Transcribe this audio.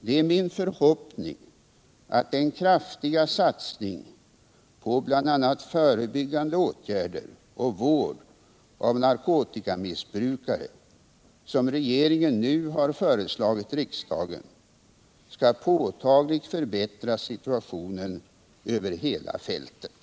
Det är min förhoppning att den kraftiga satsning på bl.a. förebyggande åtgärder och vård av narkotikamissbrukare som regeringen nu har föreslagit riksdagen skall påtagligt förbättra situationen över hela fältet.